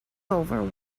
over